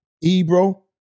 Ebro